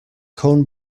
cone